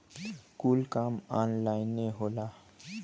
कुल काम ऑन्लाइने होला